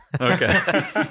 okay